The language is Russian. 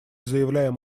заявляем